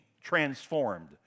transformed